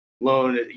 loan